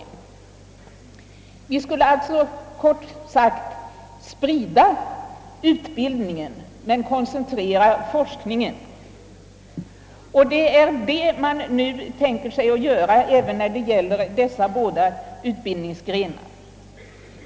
Vi skulle alltså kort sagt sprida utbildningen men koncentrera forskningen, och det är detta man vill göra även när det gäller de båda utbildningsgrenar som i dag diskuteras.